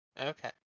Okay